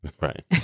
Right